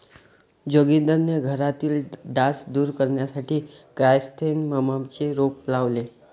जोगिंदरने घरातील डास दूर करण्यासाठी क्रायसॅन्थेममचे रोप लावले